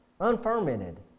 Unfermented